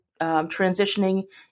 transitioning